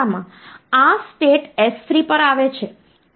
તેથી 1 વત્તા 1 નો સરવાળો 0 થાય છે કેરી 1 તરીકે જનરેટ થાય છે